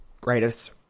greatest